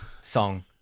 Song